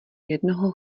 jednoho